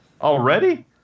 Already